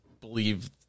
believe